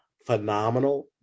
phenomenal